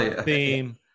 theme